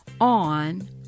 on